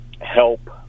help